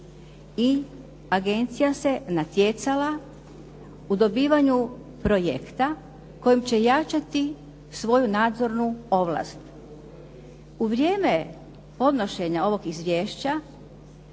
i agencija se natjecala u dobivanju projekta kojim će jačati svoju nadzornu ovlast. U vrijeme podnošenja ovog izvješća,